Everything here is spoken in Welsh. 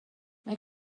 mae